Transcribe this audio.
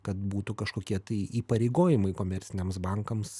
kad būtų kažkokie tai įpareigojimai komerciniams bankams